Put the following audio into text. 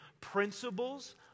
principles